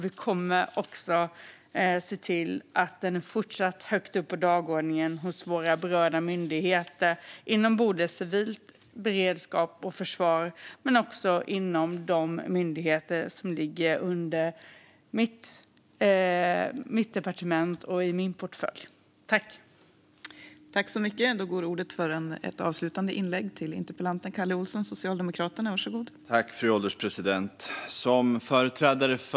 Vi kommer också att se till att den fortsatt står högt upp på dagordningen hos våra berörda myndigheter inom både civil beredskap och försvar och inom de myndigheter som ligger under mitt departement och i min portfölj.